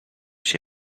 się